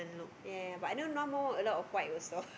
ya but I know now more a lot white also